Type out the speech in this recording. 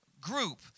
group